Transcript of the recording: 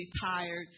tired